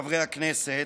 חברי הכנסת,